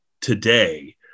today